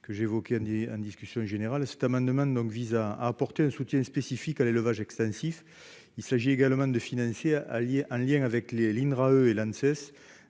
que j'évoquais ni hein discussion générale cet amendement donc vise à apporter un soutien spécifique à l'élevage extensif, il s'agit également de alliées un lien avec les l'INRA E et la